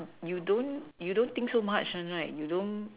you don't you don't think so much [one] right you don't